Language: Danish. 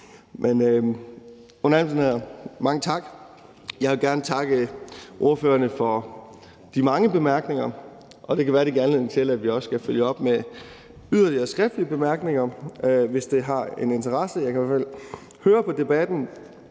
mange tak, og jeg vil gerne takke ordførerne for de mange bemærkninger; det kan være, at det giver anledning til, at vi skal følge op med yderligere skriftlige besvarelser, hvis det har interesse. Jeg kan i hvert